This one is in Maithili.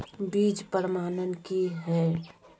बीज प्रमाणन की हैय?